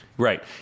Right